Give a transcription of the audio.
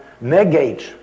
negates